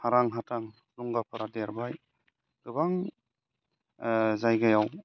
हारां हाथां लुंगाफारा देरबाय गोबां जायगायाव